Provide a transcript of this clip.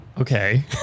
okay